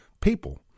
people